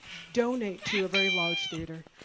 donate to a very large theater.